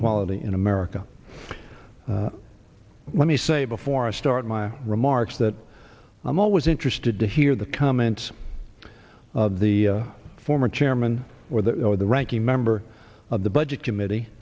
quality in america let me say before i start my remarks that i'm always interested to hear the comments of the former chairman or the the ranking member of the budget committee